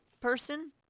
person